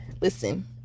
listen